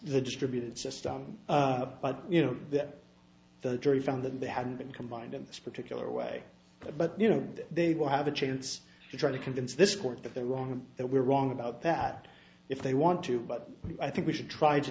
the distributed system but you know that the jury found that they hadn't been combined in this particular way but you know they will have a chance to try to convince this court that they're wrong and that we're wrong about that if they want to but i think we should try to